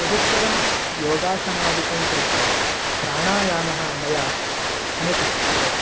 तदुत्तरं योगासनादिकं कृत्वा प्राणायामः मया अनुतिष्ठ्यते